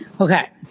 Okay